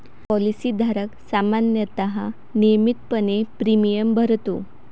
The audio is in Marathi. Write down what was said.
पॉलिसी धारक सामान्यतः नियमितपणे प्रीमियम भरतो